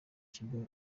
kigo